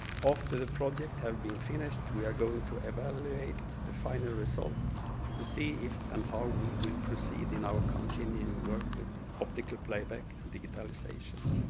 after the project have been finished, we are going to evaluate the final results to see if and how we will proceed in our continuing work with optical playback and digitalizations.